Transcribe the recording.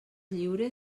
lliure